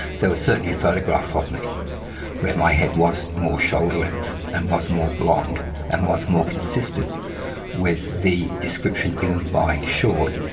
there was certainly a photograph ah of me where my hair was more shoulder-length and was more blonde and was more consistent with the description given by short.